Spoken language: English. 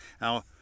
Now